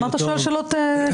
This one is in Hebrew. מה אתה שואל שאלות קיטבג.